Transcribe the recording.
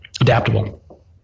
adaptable